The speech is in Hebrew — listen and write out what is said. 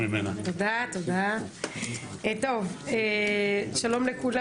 שלום לכולם.